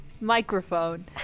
Microphone